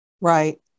Right